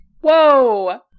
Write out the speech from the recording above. Whoa